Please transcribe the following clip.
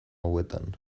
hauetan